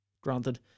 Granted